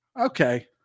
okay